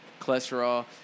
cholesterol